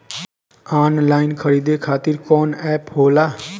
Online खरीदे खातीर कौन एप होला?